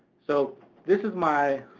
so this is my,